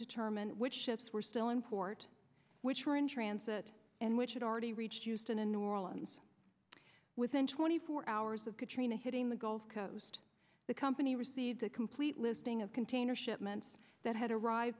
determine which ships were still in port which were in transit and which had already reached houston a new orleans within twenty four hours of katrina hitting the gulf coast the company received a complete listing of container ship meant that had arrived